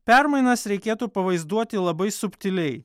permainas reikėtų pavaizduoti labai subtiliai